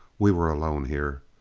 we were alone here.